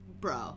Bro